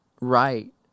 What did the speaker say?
right